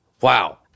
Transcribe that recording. Wow